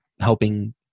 helping